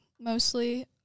mostly